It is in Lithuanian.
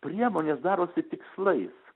priemonės darosi tikslais